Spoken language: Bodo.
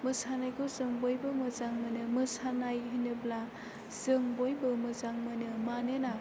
मोसानायखौ जों बयबो मोजां मोनो मोसानाय होनोब्ला जों बयबो मोजां मोनो मानोना